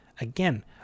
Again